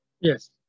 Yes